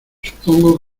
supongo